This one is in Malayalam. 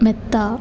മെത്ത